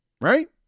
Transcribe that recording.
Right